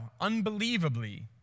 unbelievably